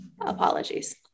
Apologies